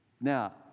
Now